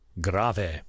grave